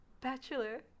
Bachelor